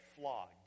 flogged